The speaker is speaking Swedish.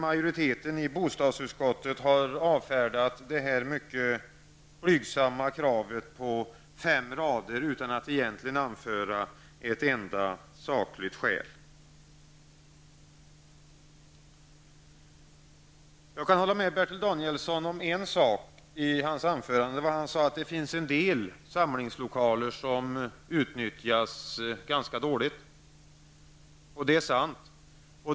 Majoriteten i bostadsutskottet har på fem rader avfärdat detta blygsamma krav utan att egentligen anföra ett enda sakligt skäl. Jag kan hålla med Bertil Danielsson om en sak. Han sade att det finns en del samlingslokaler som utnyttjas ganska dåligt. Det är sant.